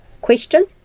question